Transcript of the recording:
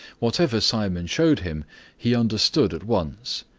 whatever simon showed him he understood at once,